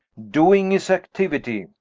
doing is actiuitie,